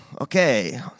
okay